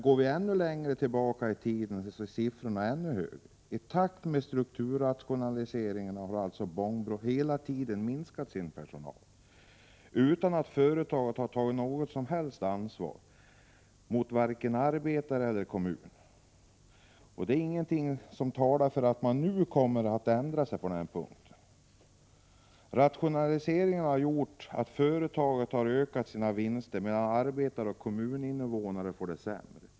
Går vi längre tillbaka i tiden är antalet anställda ännu högre. I takt med strukturrationaliseringen har Bångbro hela tiden minskat sin personal utan att företaget tagit något som helst ansvar vare sig gentemot arbetare eller kommun. Och det är ingenting som talar för att företaget nu kommer att ändra sig på den punkten. Rationaliseringen har medfört att företaget ökat sina vinster medan arbetare och kommuninvånare får det sämre.